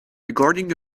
regarding